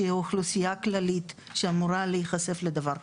שהיא האוכלוסייה הכללית שלא אמורה להיחשף לדבר כזה.